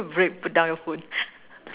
break put down your phone